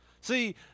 See